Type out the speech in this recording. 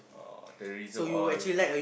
uh terrorism all ya